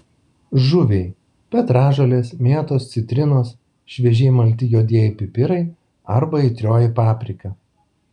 žuviai petražolės mėtos citrinos šviežiai malti juodieji pipirai arba aitrioji paprika